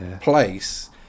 place